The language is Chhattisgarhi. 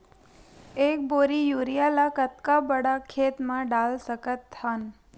एक बोरी यूरिया ल कतका बड़ा खेत म डाल सकत हन?